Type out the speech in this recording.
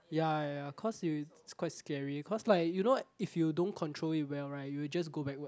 ya ya ya cause you is quite scary cause like you know if you don't control it well right it will just go backwards